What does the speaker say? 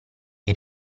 che